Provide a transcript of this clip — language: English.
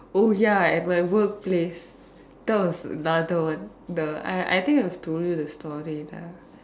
oh ya at my work place thought that was another one the I think I've told you the story lah